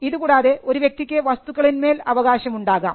ഇതുകൂടാതെ ഒരു വ്യക്തിക്ക് വസ്തുക്കളിൽ മേൽ അവകാശം ഉണ്ടാകാം